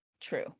true